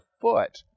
foot